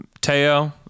Teo